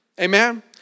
amen